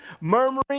murmuring